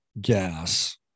gas